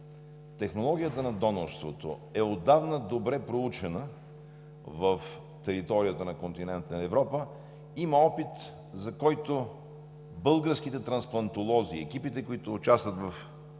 технологията на донорството е отдавна добре проучена на територията на континента Европа, има опит. Българските трансплантолози, екипите, които участват в